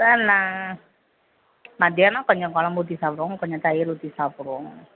sir நான் மத்தியானம் கொஞ்சம் கொழம்பு ஊற்றி சாப்பிடுவோம் கொஞ்சம் தயிர் ஊற்றி சாப்பிடுவோம்